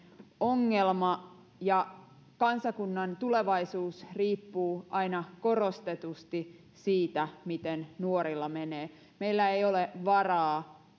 ongelma ja kansakunnan tulevaisuus riippuu aina korostetusti siitä miten nuorilla menee meillä ei ole varaa